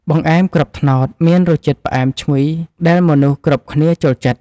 បង្អែមគ្រាប់ត្នោត មានរសជាតិផ្អែមឈ្ងុយដែលមនុស្សគ្រប់គ្នាចូលចិត្ត។